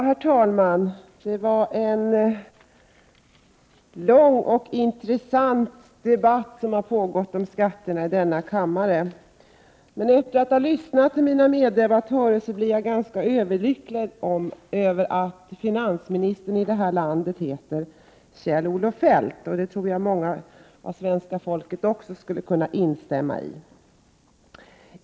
Herr talman! Det är en lång och intressant debatt som har pågått i denna kammare om skatterna. Efter att ha lyssnat till mina meddebattörer blir jag emellertid ganska överlycklig över att finansministern i det här landet heter Kjell-Olof Feldt, och det tror jag att många av svenska folket skulle kunna instämma i.